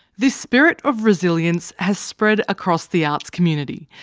this spirit of resilience has spread across the arts community.